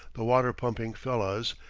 the water-pumping fellahs,